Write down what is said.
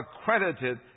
accredited